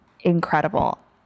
incredible